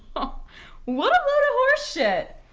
oh what a horseshit.